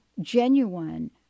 genuine